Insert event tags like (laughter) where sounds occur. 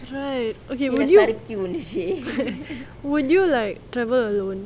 right okay (laughs) would you like travel alone